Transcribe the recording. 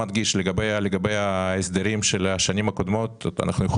אני מדגיש לגבי ההסדרים של השנים הקודמות: אני מעריך שאנחנו